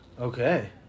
Okay